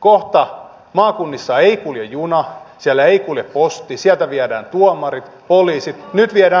kohta maakunnissa ei kulje juna siellä ei kulje posti sieltä viedään tuomarit poliisit nyt viedään koulutuspaikatkin